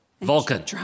Vulcan